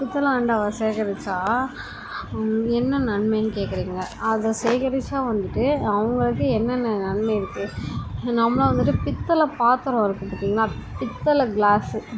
பித்தளை அண்டாவை சேகரிச்சால் என்ன நன்மைன்னு கேட்குறீங்க அதை சேகரிச்சால் வந்துட்டு அவங்களுக்கு என்னென்ன நன்மை இருக்குது நம்மளும் வந்துட்டு பித்தளை பாத்திரம் இருக்குது பார்த்தீங்களா பித்தளை க்ளாஸு